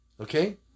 Okay